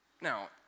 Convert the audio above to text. Now